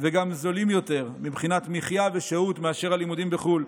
וגם זולים יותר מבחינת מחיה ושהות מאשר הלימודים בחו"ל.